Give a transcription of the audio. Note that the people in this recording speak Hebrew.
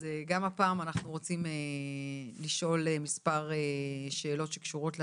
אז גם הפעם אנחנו רוצים לשאול מספר שאלות שקשורות לנוסח.